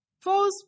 False